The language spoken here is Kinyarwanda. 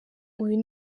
uyu